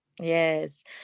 Yes